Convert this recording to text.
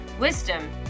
wisdom